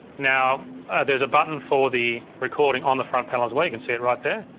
now there's a button for the recording on the front panel as well. you can see it right there.